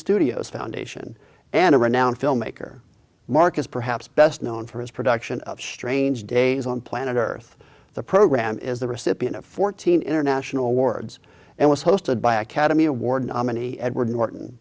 studios foundation and a renowned filmmaker marc is perhaps best known for his production of strange days on planet earth the program is the recipient of fourteen international awards and was hosted by academy award nominee edward norton